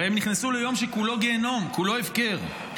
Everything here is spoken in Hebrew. הרי הם נכנסו ליום שכולו גיהינום, כולו הפקר.